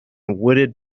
wooded